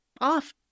off